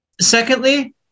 Secondly